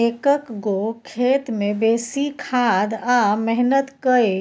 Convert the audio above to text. एक्क गो खेत मे बेसी खाद आ मेहनत कए